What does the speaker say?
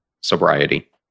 sobriety